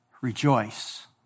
rejoice